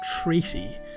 Tracy